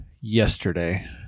yesterday